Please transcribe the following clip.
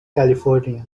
california